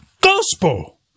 gospel